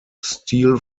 steel